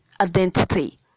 identity